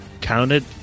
counted